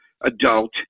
adult